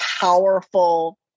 powerful